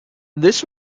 this